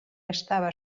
estava